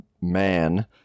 man